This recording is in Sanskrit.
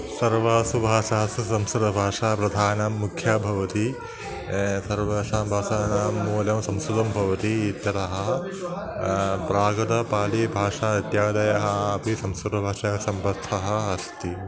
सर्वासु भाषासु संस्कृतभाषा प्रधानं मुख्या भवति सर्वेषां भाषानां मूल्यं संस्कृतं भवति इत्यतः प्राकृतपालीभाषा इत्यादयः अपि संस्कृतभाषया सम्बद्धः अस्ति